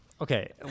Okay